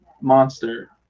monster